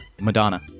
Madonna